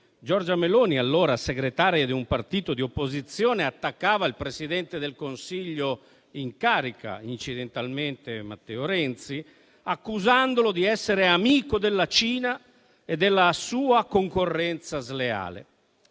Giorgia Meloni, allora segretaria di un partito di opposizione, attaccava il Presidente del Consiglio in carica, incidentalmente Matteo Renzi, accusandolo di essere amico della Cina e della sua concorrenza sleale.